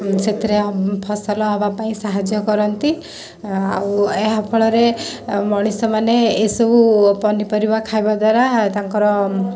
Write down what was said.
ସେଥିରେ ଫସଲ ହେବା ପାଇଁ ସାହାଯ୍ୟ କରନ୍ତି ଆଉ ଏହା ଫଳରେ ମଣିଷ ମାନେ ଏସବୁ ପନିପରିବା ଖାଇବା ଦ୍ଵାରା ତାଙ୍କର